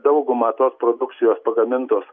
dauguma tos produkcijos pagamintos